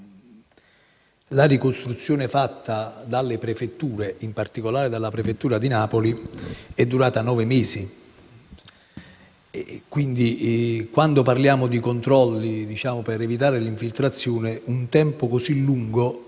la ricostruzione fatta dalle prefetture, in particolare da quella di Napoli, sia durata nove mesi. Pertanto, quando parliamo di controlli per evitare le infiltrazioni, un tempo così lungo